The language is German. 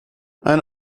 ein